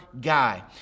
guy